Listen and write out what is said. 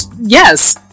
yes